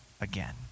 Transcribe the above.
again